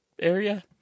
area